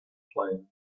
plane